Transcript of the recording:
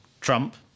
Trump